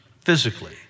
physically